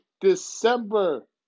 December